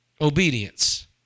Obedience